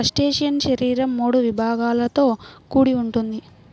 crustacean శరీరం మూడు విభాగాలతో కూడి ఉంటుంది